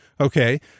Okay